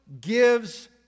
gives